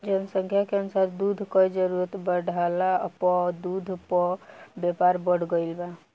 जनसंख्या के अनुसार दूध कअ जरूरत बढ़ला पअ दूध कअ व्यापार बढ़त गइल